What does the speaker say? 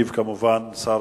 ישיב כמובן שר